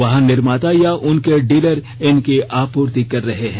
वाहन निर्माता या उनके डीलर इनकी आपूर्ति कर रहे हैं